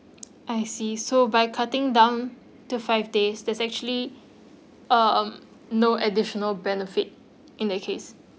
I see so by cutting down to five days there's actually um no additional benefit in the case